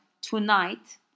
tonight